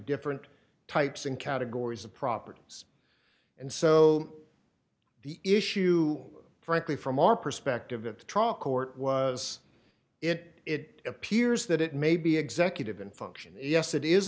different types and categories of properties and so the issue frankly from our perspective at the trial court was it it appears that it may be executive and function yes it is